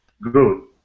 Good